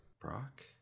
Brock